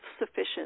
sufficient